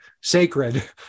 sacred